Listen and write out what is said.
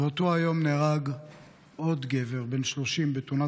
באותו היום נהרג עוד גבר בן 30 בתאונת